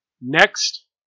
Next